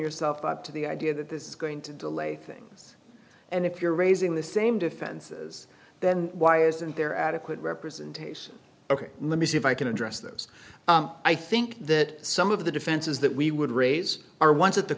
yourself up to the idea that this is going to delay things and if you're raising the same defenses then why isn't there adequate representation ok let me see if i can address those i think that some of the defenses that we would raise are ones that the